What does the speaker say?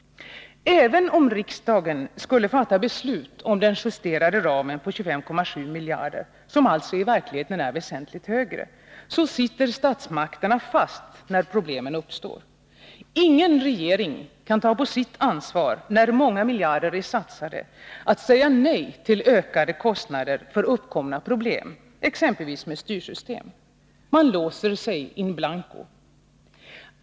Även om riksdagen skulle fatta beslut om den justerade ramen på 25,7 miljarder, som alltså i verkligheten är väsentligt högre, sitter statsmakterna fast när problemen uppstår. Ingen regering kan ta på sitt ansvar, när många miljarder är satsade, att säga nej till ökade kostnader för uppkomna problem, exempelvis med styrsystem. Man låser sig in blanko.